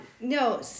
no